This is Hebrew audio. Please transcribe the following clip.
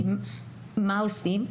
מה עושים.